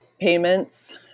payments